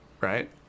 right